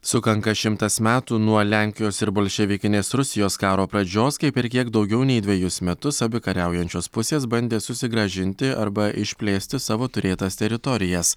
sukanka šimtas metų nuo lenkijos ir bolševikinės rusijos karo pradžios kai per kiek daugiau nei dvejus metus abi kariaujančios pusės bandė susigrąžinti arba išplėsti savo turėtas teritorijas